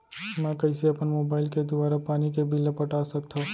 मैं कइसे अपन मोबाइल के दुवारा पानी के बिल ल पटा सकथव?